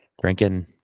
drinking